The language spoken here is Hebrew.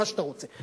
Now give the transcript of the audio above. מה שאתה רוצה,